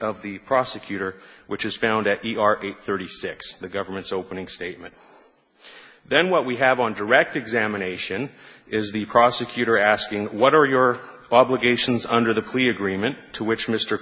of the prosecutor which is found at the our thirty six the government's opening statement then what we have on direct examination is the prosecutor asking what are your obligations under the clear agreement to which m